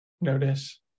notice